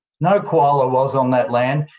no koala was on that land.